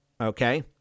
okay